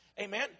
Amen